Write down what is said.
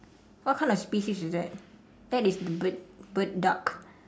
what kind of species is that that is a bird bird duck